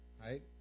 right